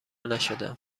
نشدم